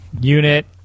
unit